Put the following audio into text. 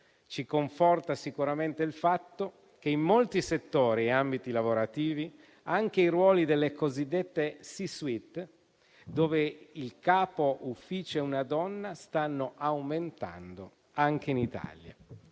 Ci conforta sicuramente il fatto che in molti settori e ambiti lavorativi anche i ruoli delle cosiddette C-suite, dove il capoufficio è una donna, stanno aumentando anche in Italia.